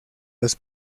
los